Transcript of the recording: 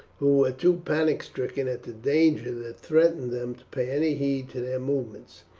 who were too panic stricken at the danger that threatened them to pay any heed to their movements.